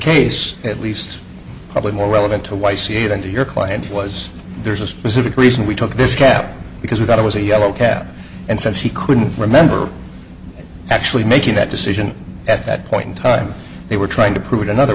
case at least probably more relevant to y c that your client was there's a specific reason we took this cap because we thought it was a yellow cab and since he couldn't remember actually making that decision at that point in time they were trying to prove it another